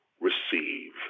receive